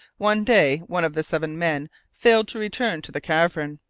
one day, one of the seven men failed to return to the cavern.